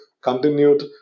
continued